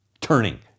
turning